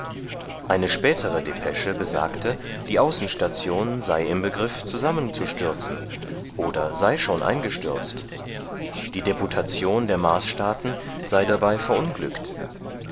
eine spätere depesche besagte die außenstation sei im begriff zusammenzustürzen oder sei schon eingestürzt die deputation der marsstaaten sei dabei verunglückt